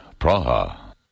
Praha